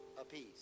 apiece